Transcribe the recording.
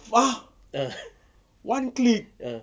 !huh! one click